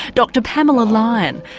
dr pamela lyon,